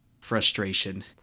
frustration